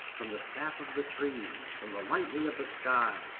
from the sap of the trees, from the lightning of the sky,